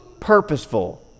purposeful